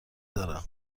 دارم